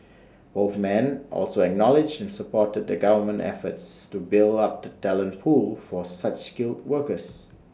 both men also acknowledged and supported the government's efforts to build up the talent pool for such skilled workers